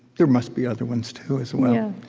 there must be other ones too as well,